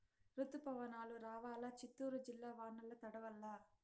రుతుపవనాలు రావాలా చిత్తూరు జిల్లా వానల్ల తడవల్ల